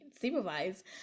supervised